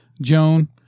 Joan